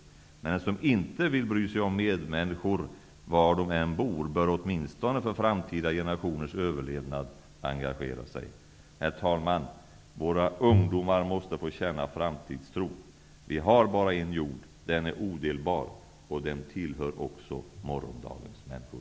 Den som inte vill bry sig om medmänniskor var de än bor bör åtminstone för framtida generationers överlevnad engagera sig. Herr talman! Våra ungdomar måste få känna framtidstro. Vi har bara en jord, den är odelbar, och den tillhör också morgondagens människor.